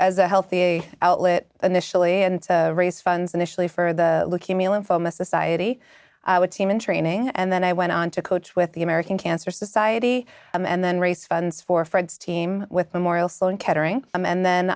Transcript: as a healthy outlet initially and raise funds initially for the leukemia lymphoma society would team in training and then i went on to coach with the american cancer society and then raise funds for fred's team with memorial sloan kettering and then